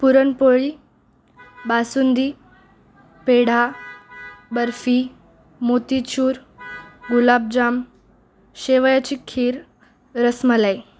पुरणपोळी बासुंदी पेढा बर्फी मोतीचूर गुलाबजाम शेवयाची खीर रसमलाई